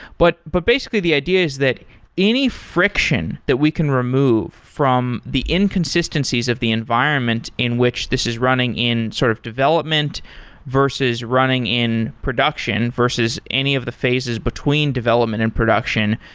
but but basically the idea is that any friction that we can remove from the inconsistencies of the environment in which this is running in sort of development versus running in production versus any of the phases between development and production,